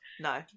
No